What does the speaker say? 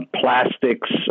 plastics